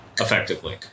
effectively